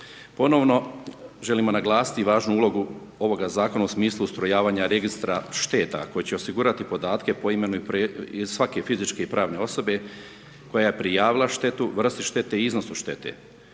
Ponovno želimo naglasiti važnu ulogu ovoga zakona u smislu ustrojavanja Registra šteta koje će osigurati podatke po imenu i pre svake fizičke i pravne osobe koja je prijavila štetu, vrsti štete i iznosu štete.